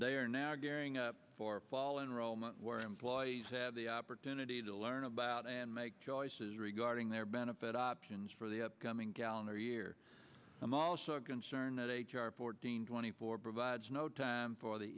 they are now gearing up for enrollment where employees have the opportunity to learn about and make choices regarding their benefit options for the upcoming gallon or year i'm also concerned that h r fourteen twenty four provides no time for the